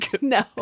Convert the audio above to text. No